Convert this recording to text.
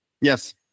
Yes